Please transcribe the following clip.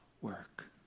work